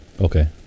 Okay